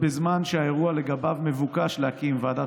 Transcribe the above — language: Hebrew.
בזמן שהאירוע שלגביו מבוקש להקים ועדת